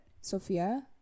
sophia